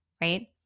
right